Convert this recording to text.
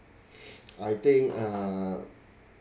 I think uh